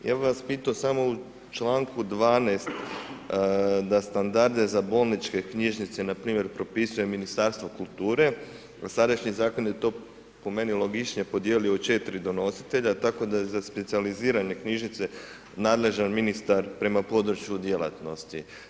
Ja bi vas pitao samo u čl. 12. da standarde za bolničke knjižnice, npr. propisuje Ministarstvo kulture, a sadašnji zakon je to po meni, logičnije podijelio u četiri donositelja, tako da za specijalizirane knjižnice nadležan ministar prema području djelatnosti.